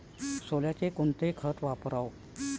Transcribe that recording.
सोल्याले कोनचं खत वापराव?